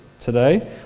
today